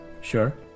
Sure